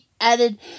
added